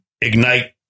ignite